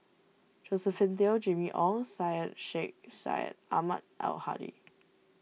Josephine Teo Jimmy Ong Syed Sheikh Syed Ahmad Al Hadi